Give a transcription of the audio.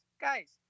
guys